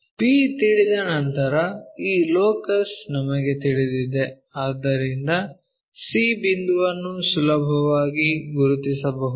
b ತಿಳಿದ ನಂತರ ಈ ಲೋಕಸ್ ನಮಗೆ ತಿಳಿದಿದೆ ಆದ್ದರಿಂದ c ಬಿಂದುವನ್ನು ಸುಲಭವಾಗಿ ಗುರುತಿಸಬಹುದು